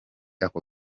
ako